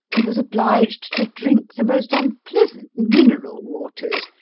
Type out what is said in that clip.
and was obliged to drink the most unpleasant mineral waters,